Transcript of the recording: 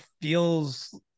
feels